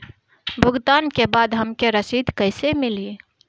भुगतान के बाद हमके रसीद कईसे मिली?